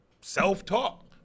self-talk